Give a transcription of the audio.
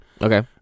Okay